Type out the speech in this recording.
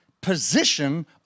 position